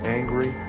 angry